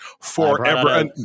forever